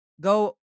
Go